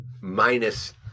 minus